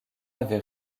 avait